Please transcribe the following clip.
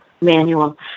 manual